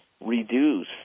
reduce